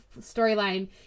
storyline